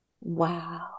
wow